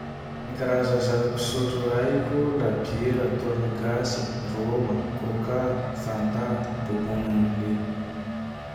Ny karaza zava-pisotro haiko: labiera, toaka gasy, rôma, kôkà, fantà, bômbon anglais.